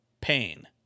pain